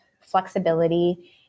flexibility